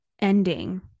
ending